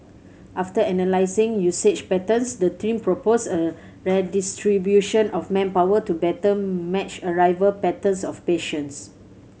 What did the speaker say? after analysing usage patterns the team proposed a redistribution of manpower to better match arrival patterns of patients